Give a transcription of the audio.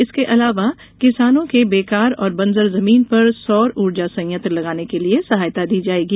इसके अलावा किसानों के बेकार और बंजर जमीन पर सौर ऊर्जा संयंत्र लगाने के लिये सहायता दी जाएगी